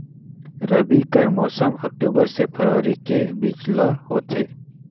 रबी कर मौसम अक्टूबर से फरवरी के बीच ल होथे